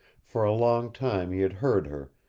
for a long time he had heard her,